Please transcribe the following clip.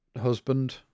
husband